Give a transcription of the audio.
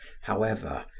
however,